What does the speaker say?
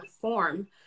form